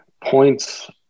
points